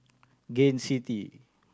Gain City